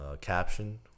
Caption